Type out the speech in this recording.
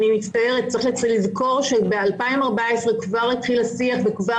צריך לזכור שב-2014 כבר התחיל השיח וכבר